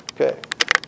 Okay